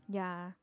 yeah